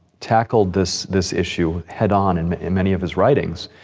tackled this this issue head-on and in many of his writings.